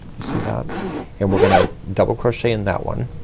you see that and we're gonna double crochet in that one